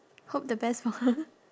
hope the best for her